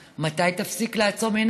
והייתי אומר אפילו כמעט בהתלהמות,